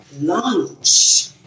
lunch